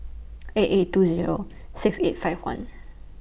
eight eight two Zero six eight five one